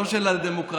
לא של הדמוקרטיה.